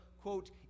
quote